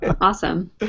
Awesome